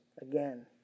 again